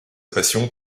passion